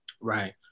Right